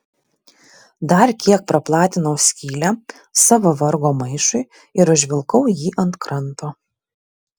dar kiek praplatinau skylę savo vargo maišui ir užvilkau jį ant kranto